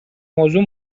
موضوع